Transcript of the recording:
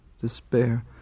despair